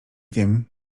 wiem